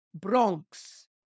bronx